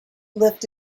left